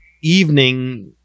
evening